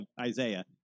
Isaiah